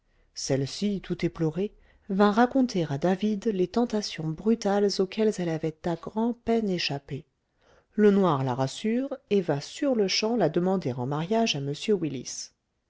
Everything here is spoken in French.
celle-ci tout éplorée vint raconter à david les tentations brutales auxquelles elle avait à grand-peine échappé le noir la rassure et va sur-le-champ la demander en mariage à m willis